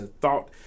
thought